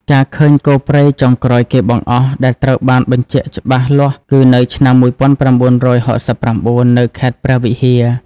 ការឃើញគោព្រៃចុងក្រោយគេបង្អស់ដែលត្រូវបានបញ្ជាក់ច្បាស់លាស់គឺនៅឆ្នាំ ១៩៦៩ នៅខេត្តព្រះវិហារ។